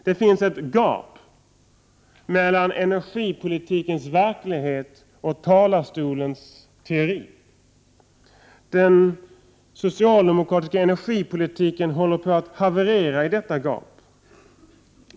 Det finns ett gap mellan energipolitikens verklighet och teorier framförda från talarstolen. Den socialdemokratiska energipolitiken håller på att haverera i detta gap.